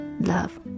Love